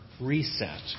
reset